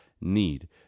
need